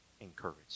encouraged